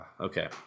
Okay